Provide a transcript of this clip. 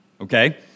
Okay